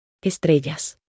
Estrellas